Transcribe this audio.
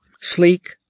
Sleek